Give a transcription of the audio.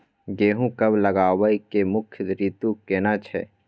गेहूं कब लगाबै के मुख्य रीतु केना छै?